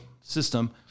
system